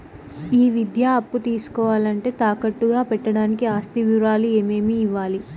ఈ విద్యా అప్పు తీసుకోవాలంటే తాకట్టు గా పెట్టడానికి ఆస్తి వివరాలు ఏమేమి ఇవ్వాలి?